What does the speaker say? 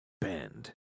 bend